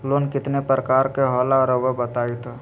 Loan कितने पारकर के होला रऊआ बताई तो?